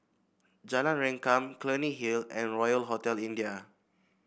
Jalan Rengkam Clunny Hill and Royal Hotel India